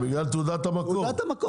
בגלל תעודת המקור.